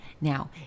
Now